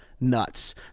nuts